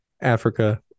Africa